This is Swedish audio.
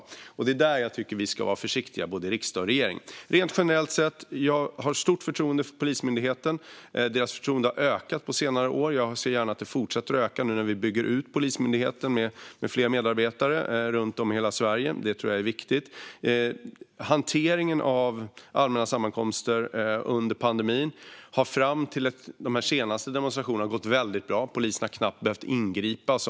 Det är där jag tycker att vi ska vara försöka vara försiktiga i både riksdag och regering. Rent generellt sett har jag stort förtroende för Polismyndigheten. Förtroendet för den har ökat på senare år, och jag ser gärna att det fortsätter att öka nu när vi bygger ut Polismyndigheten med fler medarbetare runt om i hela Sverige. Det tror jag är viktigt. Hanteringen av allmänna sammankomster under pandemin har fram till de senaste demonstrationerna gått väldigt bra, och polisen har knappt behövt ingripa.